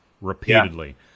Repeatedly